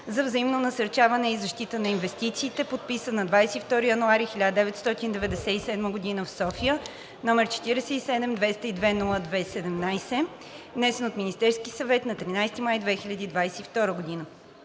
за взаимно насърчаване и защита на инвестициите, подписан на 22 януари 1997 г. в София, № 47-202-02-17, внесен от Министерския съвет на 13 май 2022 г.